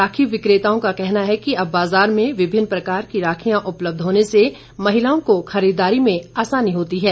राखी विकताओं का कहना है कि अब बाज़ार में विभिन्न प्रकार की राखियां उपलब्ध होने महिलाओं को खरीददारी में आसानी होती है